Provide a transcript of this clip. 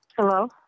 Hello